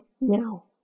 now